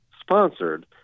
sponsored